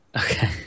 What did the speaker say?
okay